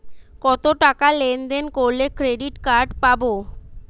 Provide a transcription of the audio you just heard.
কতটাকা লেনদেন করলে ক্রেডিট কার্ড পাব?